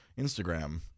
Instagram